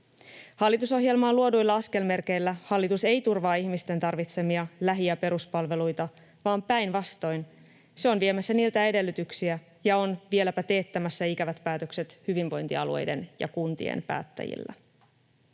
Hallitusohjelmaan luoduilla askelmerkeillä hallitus ei turvaa ihmisten tarvitsemia lähi- ja peruspalveluita, vaan päinvastoin se on viemässä niiltä edellytyksiä ja on vieläpä teettämässä ikävät päätökset hyvinvointialueiden ja kuntien päättäjillä.